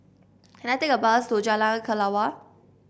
can I take a bus to Jalan Kelawar